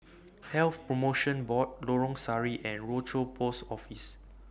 Health promotion Board Lorong Sari and Rochor Post Office